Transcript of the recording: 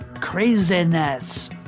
craziness